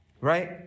right